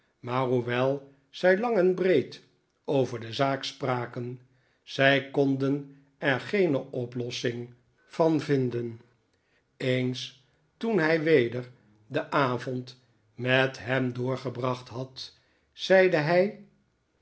maar hoewel zij lang en breed over de zaak spraken zij kondan er geene oplossing van vinden eens toen hij weder den avond met hem doorgebracht had zeide hij